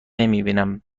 نمیبینم